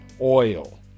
oil